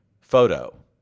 photo